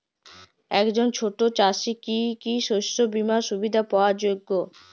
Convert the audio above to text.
একজন ছোট চাষি কি কি শস্য বিমার সুবিধা পাওয়ার যোগ্য?